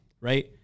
right